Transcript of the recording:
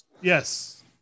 yes